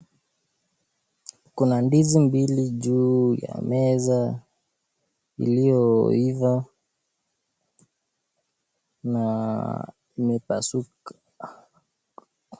Kuna ndizi mbili juu ya meza, ilioiva na imepasuka.